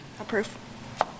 Approve